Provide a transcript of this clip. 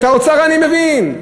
את האוצר אני מבין,